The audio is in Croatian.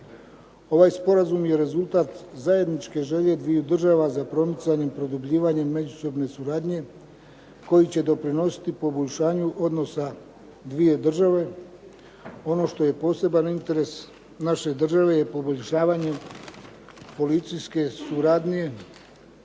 Ovaj sporazum je rezultat zajedničke želje dviju država za promicanjem i produbljivanjem međusobne suradnje koji će doprinositi poboljšanju odnosa dviju država. Ono što je poseban interes naše države je poboljšavanje policijske suradnje